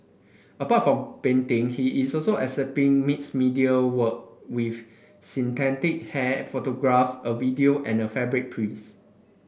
apart from painting he is also exhibiting mixed media work with synthetic hair photographs a video and a fabric